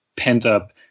pent-up